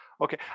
Okay